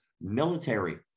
military